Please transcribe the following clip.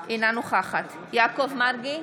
אינה נוכחת יעקב מרגי,